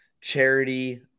charity